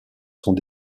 sont